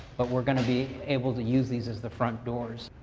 but we're going to be able to use these as the front doors.